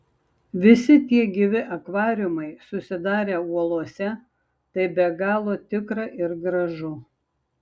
visi tie gyvi akvariumai susidarę uolose tai be galo tikra ir gražu